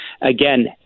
Again